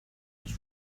was